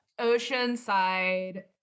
oceanside